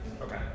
Okay